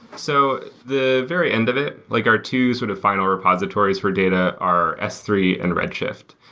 so the very end of it, like our two sort of final repositories for data are s three and redshift,